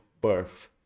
birth